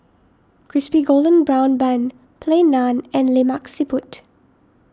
Crispy Golden Brown Bun Plain Naan and Lemak Siput